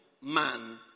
man